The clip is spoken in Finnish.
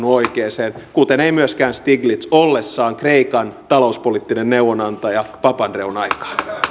oikeaan kuten ei myöskään stiglitz ollessaan kreikan talouspoliittinen neuvonantaja papandreoun aikaan